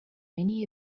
many